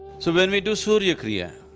so when we do surya kriya,